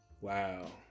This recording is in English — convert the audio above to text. Wow